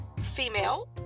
female